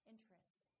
interest